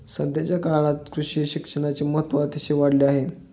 सध्याच्या काळात कृषी शिक्षणाचे महत्त्व अतिशय वाढले आहे